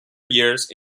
years